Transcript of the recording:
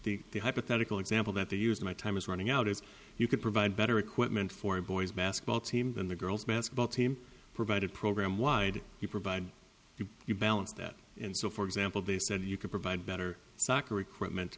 what the hypothetical example that they use my time is running out as you can provide better equipment for a boys basketball team than the girls basketball team provided program wide you provide do you balance that and so for example they said you could provide better soccer equipment